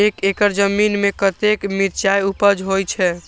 एक एकड़ जमीन में कतेक मिरचाय उपज होई छै?